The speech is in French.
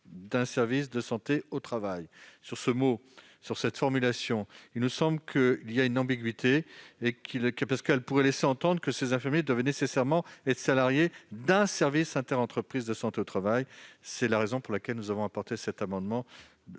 d'un service de santé au travail. Cette formulation nous semble receler une ambiguïté, car elle pourrait laisser entendre que ces infirmiers devraient nécessairement être salariés d'un service interentreprises de santé au travail. C'est la raison pour laquelle nous vous soumettons cet amendement